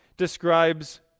describes